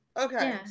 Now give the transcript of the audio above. Okay